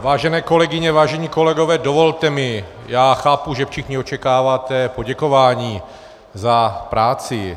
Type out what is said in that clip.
Vážené kolegyně, vážení kolegové, dovolte mi já chápu, že všichni očekáváte poděkování za práci.